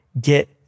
get